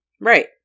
right